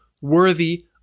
worthy